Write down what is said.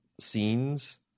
scenes